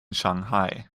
shanghai